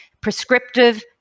prescriptive